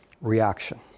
reaction